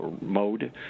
mode